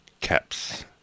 caps